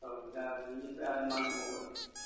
औ दा बिनिफ्राय आरो मा दंबावो